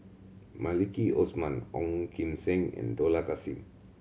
Maliki Osman Ong Kim Seng and Dollah Kassim